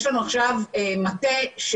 יש לנו עכשיו יש לנו עכשיו מטה שהוקם,